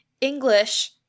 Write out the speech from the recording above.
English